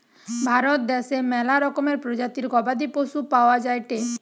ভারত দ্যাশে ম্যালা রকমের প্রজাতির গবাদি পশু পাওয়া যায়টে